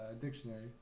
dictionary